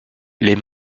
les